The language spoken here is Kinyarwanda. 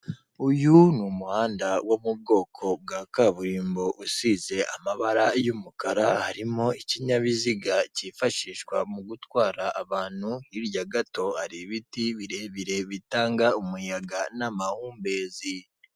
Uyu ni umuhanda wo mu bwoko bwa kaburimbo usize amabara y'umukara harimo ikinyabiziga kifashishwa mu gutwara abantu hirya gato hari ibiti birebire bitanga umuyaga n'amahumbezi.